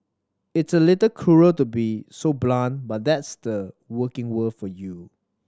it's a little cruel to be so blunt but that's the working world for you